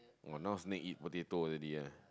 !wah! now snake eat potato already ah